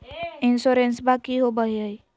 इंसोरेंसबा की होंबई हय?